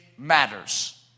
matters